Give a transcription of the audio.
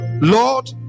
Lord